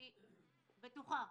אני בטוחה,